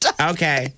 Okay